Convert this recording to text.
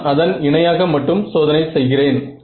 நீங்கள் கணக்கீட்டு நேரத்தை சேமிக்கிறீர்கள்